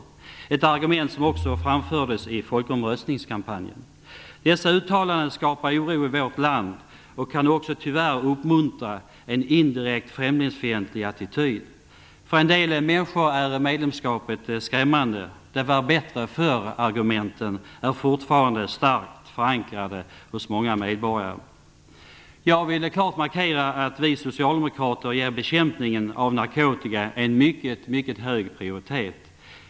Det är ett argument som också framfördes i folkomröstningskampanjen. Dessa uttalanden skapar oro i vårt land och kan tyvärr också indirekt uppmuntra till en främlingsfientlig attityd. För en del människor är medlemskapet skrämmande. "Det-var-bättre-förr"-argumenten är fortfarande starkt förankrade hos många medborgare. Jag vill klart markera att vi socialdemokrater ger bekämpningen av narkotika en mycket hög prioritet.